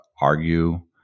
argue